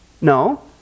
No